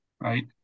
right